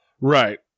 Right